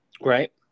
Right